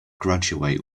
graduate